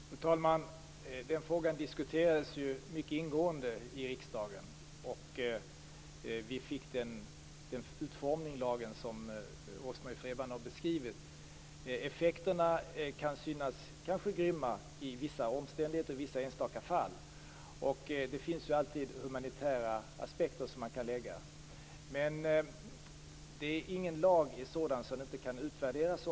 Fru talman! Den frågan diskuterades mycket ingående i riksdagen. Vi fick den utformning av lagen som Rose-Marie Frebran har beskrivit. Effekterna kan kanske synas grymma under vissa omständigheter i vissa enstaka fall. Man kan alltid lägga humanitära aspekter på fallen. Men ingen lag är sådan att den inte också kan utvärderas.